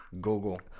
Google